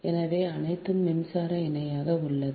எனவே அனைத்தும் மின்சார இணையாக உள்ளன